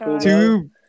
two